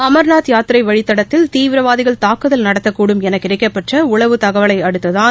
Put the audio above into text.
அமா்நாத் யாத்திரைவழித்தடத்தில் தீவிரவாதிகள் தாக்குதல் நடத்தக்கூடும் எனகிடைக்கப்பெற்றஉளவுத் தகவலைஅடுத்துதான்